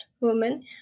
woman